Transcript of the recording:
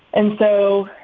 and so,